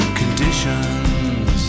conditions